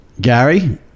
Gary